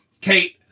Kate